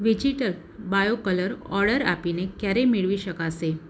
vegetal bio colour order આપીને ક્યારે મેળવી શકાશે